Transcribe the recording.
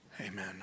Amen